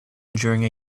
during